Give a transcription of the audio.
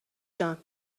جان